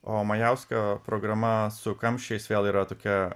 o majausko programa su kamščiais vėl yra tokia